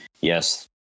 yes